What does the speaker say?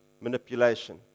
manipulation